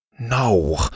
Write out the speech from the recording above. No